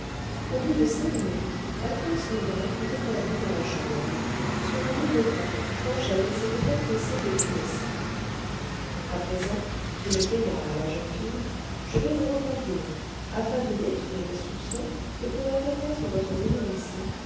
au bout de cinq minutes alphonse maigret fut établi dans la chambre bleue sur un lit de camp qu'angèle s'était empressée de lui dresser a présent dit le vieillard à la jeune fille je vais vous reconduire afin de détruire les soupçons que pourrait faire naître votre venue ici